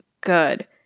good